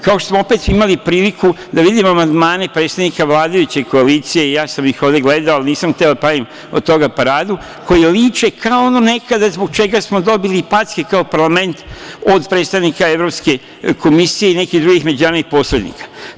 Kao što smo opet imali priliku da vidimo amandmane predstavnika vladajuće koalicije, ja sam ih ovde gledao, ali nisam hteo da pravim zbog toga paradu, koji liče kao ono nekada zbog čega smo dobili packe kao parlament od predstavnika Evropske komisije i nekih drugih međunarodnih poslanika.